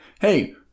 Hey